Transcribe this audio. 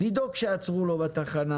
לדאוג שיעצרו לו בתחנה